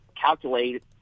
calculate